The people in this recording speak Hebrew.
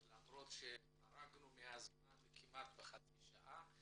לדבר למרות שחרגנו מהזמן כמעט בחצי שעה.